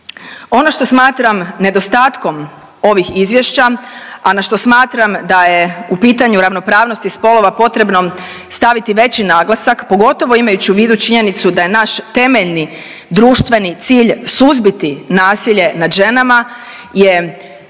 Ono što smatram nedostatkom ovih izvješća, a na što smatram da je u pitanju ravnopravnosti spolova potrebno staviti veći naglasak pogotovo imajući u vidu činjenicu da je naš temeljni društveni cilj suzbiti nasilje nad ženama je